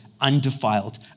undefiled